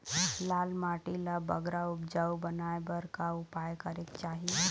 लाल माटी ला बगरा उपजाऊ बनाए बर का उपाय करेक चाही?